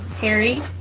Harry